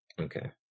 Okay